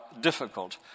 difficult